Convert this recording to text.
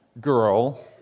girl